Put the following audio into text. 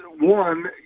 One